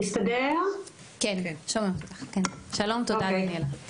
שלום תודה דניאלה.